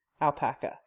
alpaca